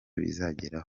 bizageraho